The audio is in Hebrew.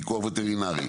פיקוח וטרינרי,